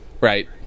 Right